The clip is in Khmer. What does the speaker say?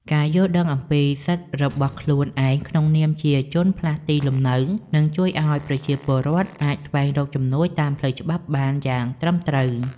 ការយល់ដឹងអំពីសិទ្ធិរបស់ខ្លួនឯងក្នុងនាមជាជនផ្លាស់ទីលំនៅនឹងជួយឱ្យប្រជាពលរដ្ឋអាចស្វែងរកជំនួយតាមផ្លូវច្បាប់បានយ៉ាងត្រឹមត្រូវ។